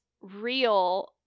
real